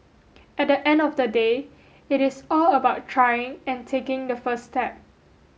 at the end of the day it is all about trying and taking the first step